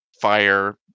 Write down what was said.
fire